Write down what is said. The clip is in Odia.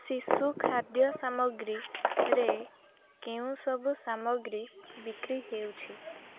ଶିଶୁ ଖାଦ୍ୟ ସାମଗ୍ରୀରେ କେଉଁସବୁ ସାମଗ୍ରୀ ବିକ୍ରି ହେଉଛି